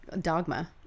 dogma